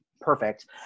perfect